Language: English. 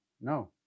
no